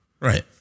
Right